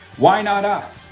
why not us?